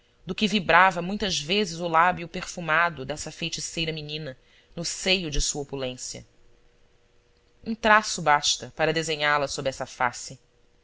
do que vibrava muitas vezes o lábio perfumado dessa feiticeira menina no seio de sua opulência um traço basta para desenhá la sob esta face